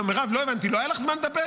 מירב, לא הבנתי, לא היה לך זמן לדבר?